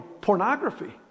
pornography